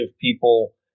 people